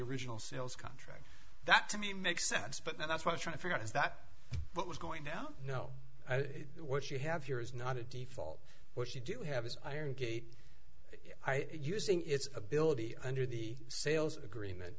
original sales contract that to me makes sense but that's what i'm trying to figure out is that what was going no no what you have here is not a default what you do have is iron gate using its ability under the sales agreement